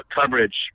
coverage